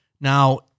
now